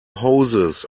hoses